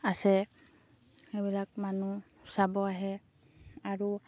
আছে সেইবিলাক মানুহ চাব আহে আৰু